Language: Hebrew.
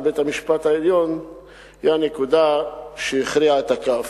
בית-המשפט העליון היא הנקודה שהכריעה את הכף.